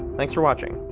thanks for watching.